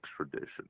extradition